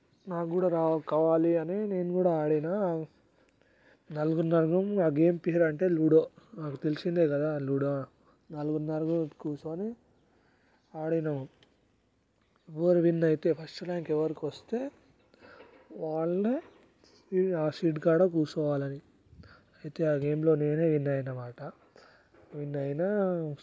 నాకు కూడా కావా కావాలి అని నేను కూడా అడిగా నలుగురం నలుగురం ఆ గేమ్ పేరు ఏందంటే లూడో నాకు తెలిసిందే కదా లూడో నలుగురు నలుగురు కూర్చొని ఆడినం ఎవరు విన్ అయితే ఫస్ట్ ర్యాంక్ ఎవరికి వస్తే వాళ్ళే ఆ సీట్ కాడ కూర్చోవాలని అని అయితే ఆ గేమ్లో నేనే విన్ అయినాను అన్నమాట విన్ అయినా